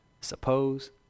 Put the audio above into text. suppose